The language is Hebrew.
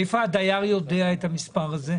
מאיפה הדייר יודע את המספר הזה?